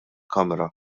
kamra